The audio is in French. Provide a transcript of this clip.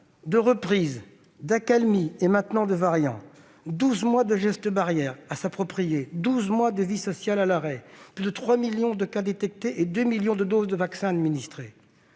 de reprises, d'accalmies et maintenant de variants. Douze mois de gestes barrières à s'approprier, douze mois de vie sociale à l'arrêt. Plus de 3 millions de cas détectés et 2 millions de doses de vaccins administrées.